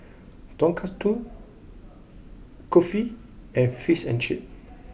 Tonkatsu Kulfi and Fish and Chips